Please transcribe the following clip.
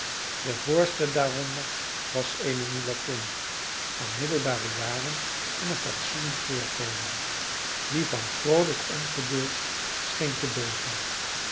de voorste daaronder was eene mulattin van middelbare jaren en een fatsoenlijk voorkomen die van vroolijk ongeduld scheen te beven